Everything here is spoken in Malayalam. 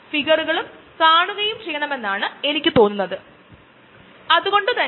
കാരണം ഈ പ്രത്യേക കോഴ്സിൽ നമുക്കായ് അത്യാവശ്യമായ എല്ലാം കാണും അതിൽ ചിലതൊക്കെ ചിലർക്ക് വളരെ കൌതുകം ഉണ്ടാകുന്നവയാണ്